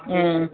ஆ